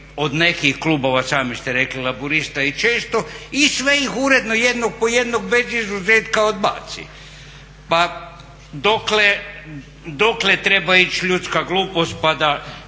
od nekih klubova, sami ste rekli, laburista i često i sve ih uredno jednog po jednog bez izuzetka odbaci. Pa dokle treba ići ljudska glupost pa da